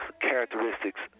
characteristics